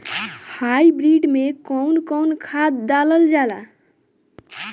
Hybrid में कउन कउन खाद डालल जाला?